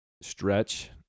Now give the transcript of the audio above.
Stretch